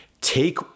take